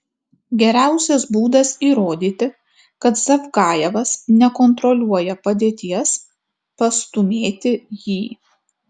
geriausias būdas įrodyti kad zavgajevas nekontroliuoja padėties pastūmėti jį